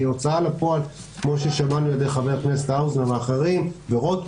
כי כמו ששמענו מחברי הכנסת האוזר ורוטמן,